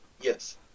Yes